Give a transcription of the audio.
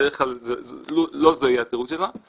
בדרך כלל לא זה יהיה התירוץ שלה.